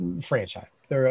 franchise